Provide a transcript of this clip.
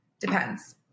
depends